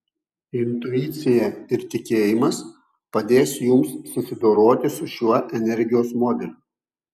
intuicija ir tikėjimas padės jums susidoroti su šiuo energijos modeliu